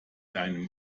einem